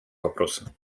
вопросы